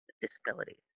disabilities